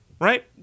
right